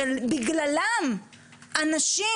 שבגללם אנשים,